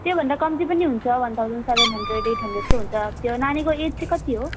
त्योभन्दा कम्ती पनि हुन्छ one thousand seven hundred eight हन्ड्रेडको हुन्छ त्यो नानीको एज चाहिँ कति हो